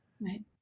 Right